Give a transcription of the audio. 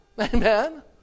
Amen